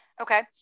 Okay